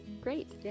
Great